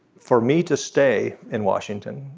for me to stay in washington